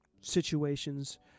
situations